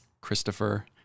Christopher